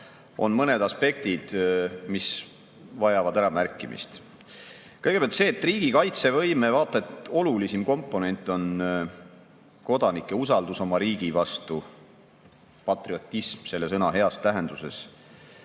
on mõned aspektid, mis vajavad äramärkimist. Kõigepealt see, et riigi kaitsevõime vaata et olulisim komponent on kodanike usaldus oma riigi vastu, patriotism selle sõna heas tähenduses.